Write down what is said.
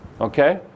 okay